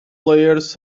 players